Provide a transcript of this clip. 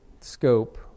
scope